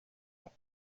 ans